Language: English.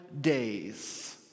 days